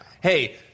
hey